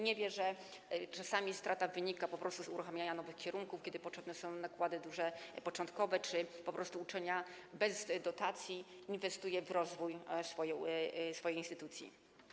Nie wie, że czasami strata wynika po prostu z uruchamiania nowych kierunków, kiedy potrzebne są duże nakłady początkowe czy po prostu uczelnia bez dotacji inwestuje w rozwój swojej instytucji.